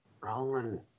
Roland